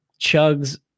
chugs